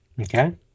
okay